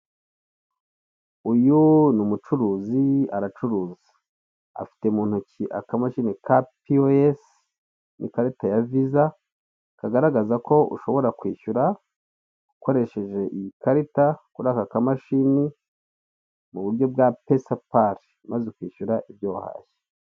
Uyu ni umucuruzi aracuruza. Afite mu ntoki akamashini ka piyowesi n'ikarita ya viza, kagaragaza ko ushobora kwishyura ukoresheje iyi karita, kuri aka kamashini, mu buryo bwa pesa pari, maze ukishyura ibyo wahashye.